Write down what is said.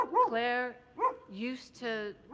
clair used to,